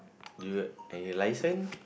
do you any licence